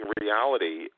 reality